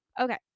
okay